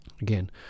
again